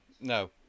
no